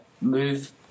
move